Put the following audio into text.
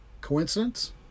Coincidence